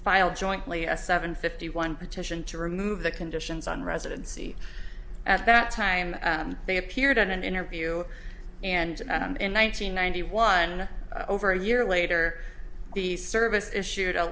file jointly a seven fifty one petition to remove the conditions on residency at that time they appeared on an interview and in one nine hundred ninety one over a year later the service issued a